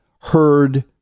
heard